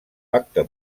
pacte